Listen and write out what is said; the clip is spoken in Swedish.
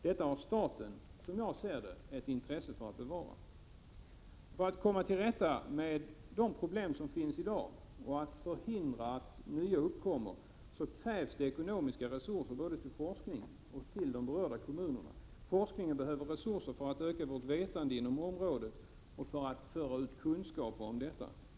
Därför borde staten ha ett intresse av att bevara denna mark. För att komma till rätta med de problem som finns i dag och för att förhindra att nya uppkommer krävs det ekonomiska resurser både till forskning och till berörda kommuner. Forskningen behöver resurser för att öka vårt vetande inom området och för att föra ut kunskaper om detta.